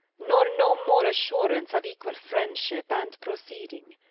nor no more assurance of equall friendship and proceeding.